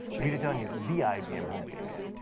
we return you the ibm home page.